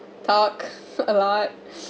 talk a lot